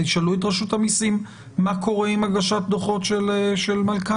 תשאלו את רשות המסים מה קורה עם הגשת דוחות של מלכ"רים.